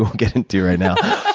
get into right now.